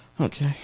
Okay